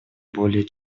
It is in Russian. более